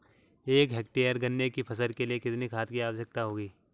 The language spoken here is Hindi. एक हेक्टेयर गन्ने की फसल के लिए कितनी खाद की आवश्यकता होगी?